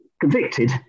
Convicted